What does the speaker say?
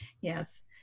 Yes